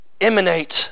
emanate